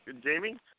Jamie